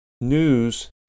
news